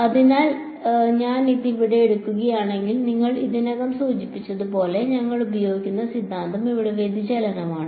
അതിനാൽ ഞാൻ ഇത് ഇവിടെ എടുക്കുകയാണെങ്കിൽ നിങ്ങൾ ഇതിനകം സൂചിപ്പിച്ചതുപോലെ ഞങ്ങൾ ഉപയോഗിക്കുന്ന സിദ്ധാന്തം ഇവിടെ വ്യതിചലനമാണ്